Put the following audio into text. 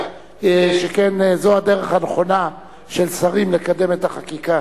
שכן זו הדרך הנכונה של שרים לקדם את החקיקה,